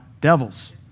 devils